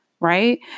right